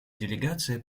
делегация